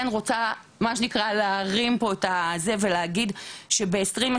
אני כן רוצה להגיד שגם כתוצאה ממחקרים מאוד נרחבים שנעשו,